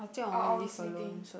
uh honestly think